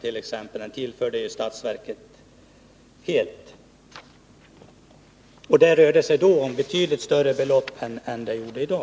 tillfördes ju helt och hållet statsverket, och där rörde det sig om betydligt större belopp än det gör i dag.